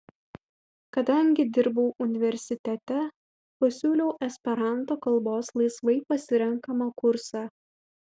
kadangi dirbau universitete pasiūliau esperanto kalbos laisvai pasirenkamą kursą